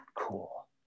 cool